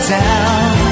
down